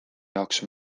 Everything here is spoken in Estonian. jaoks